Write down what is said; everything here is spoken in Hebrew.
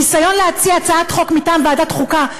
ניסיון להציע הצעת חוק מטעם ועדת החוקה,